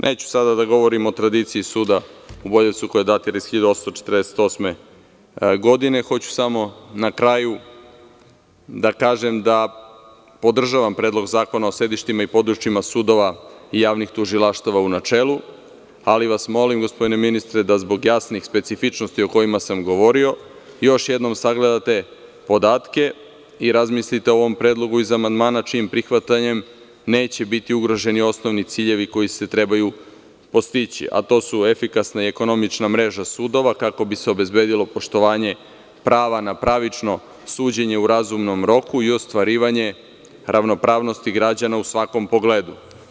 Neću sada da govorim o tradiciji suda u Boljevcu koja datira iz 1848. godine, hoću samo na kraju da kažem da podržavam Predlog zakona o sedištima i područjima sudova i javnih tužilaštava u načelu, ali vas molim gospodine ministre da zbog jasnih specifičnosti o kojima sam govorio još jednom sagledate podatke i razmislite o ovom predlogu iz amandmana čijim prihvatanjem neće biti ugroženi osnovni ciljevi koji se trebaju postići, a to su efikasna i ekonomična mreža sudova, kako bi se obezbedilo poštovanje prava na pravično suđenje u razumnom roku i ostvarivanje ravnopravnosti građana u svakom pogledu.